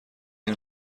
این